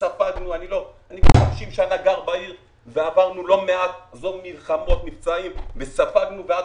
אני 30 שנים גר בעיר ועברנו לא מעט מלחמות ומבצעים ועד